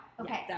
okay